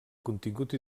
contingut